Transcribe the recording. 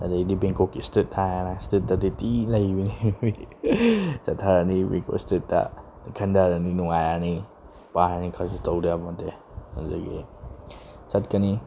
ꯑꯗꯒꯤꯗꯤ ꯕꯦꯡꯀꯣꯛꯀꯤ ꯏꯁꯇ꯭ꯔꯤꯠ ꯍꯥꯏꯔꯦꯅ ꯏꯁꯇ꯭ꯔꯤꯠꯇꯗꯤ ꯊꯤ ꯅꯩꯕꯤꯅꯤ ꯆꯠꯊꯔꯅꯤ ꯕꯦꯡꯀꯣꯛ ꯏꯁꯇ꯭ꯔꯤꯠꯇ ꯑꯗꯒꯤ ꯈꯟꯊꯔꯅꯤ ꯅꯨꯡꯉꯥꯏꯔꯅꯤ ꯄꯥꯏꯔꯅꯤ ꯈꯔꯁꯨ ꯇꯧꯗ ꯌꯥꯄꯣꯠ ꯅꯠꯇꯦ ꯑꯗꯨꯗꯒꯤ ꯆꯠꯀꯅꯤ